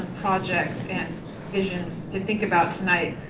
projects and visions to think about tonight.